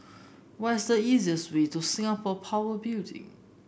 what's the easiest way to Singapore Power Building